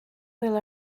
will